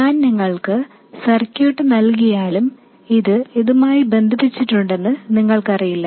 ഞാൻ നിങ്ങൾക്ക് സർക്യൂട്ട് നൽകിയാലും ഇത് ഇതുമായി ബന്ധിപ്പിച്ചിട്ടുണ്ടെന്ന് നിങ്ങൾക്കറിയില്ല